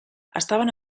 estaven